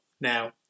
Now